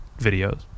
videos